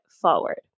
forward